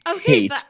hate